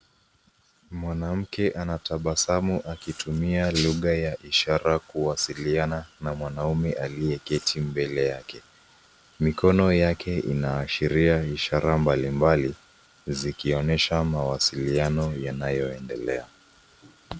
Mwanamke anatabasamu akitumia lugha ya ishara kuwasiliana na mwanaume aliyeketi mbele yake. Mikono yake inaashiria ishara mbalimbali zikionyesha mawasiliano yanayoendelea.